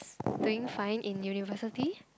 doing fine in university